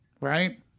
right